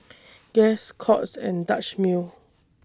Guess Courts and Dutch Mill